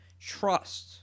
trust